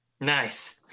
Nice